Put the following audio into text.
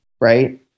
right